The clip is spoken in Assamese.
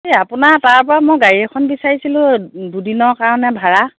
এই আপোনাৰ তাৰপৰা মই গাড়ী এখন বিচাৰিছিলোঁ দুদিনৰ কাৰণে ভাড়া